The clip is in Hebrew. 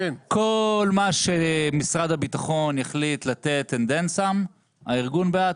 כל מה שמשרד הביטחון יחליט לתת הארגון בעד,